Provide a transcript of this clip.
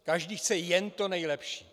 Každý chce jen to nejlepší.